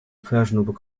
fashionable